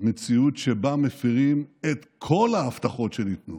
מציאות שבה מפירים את כל ההבטחות שניתנו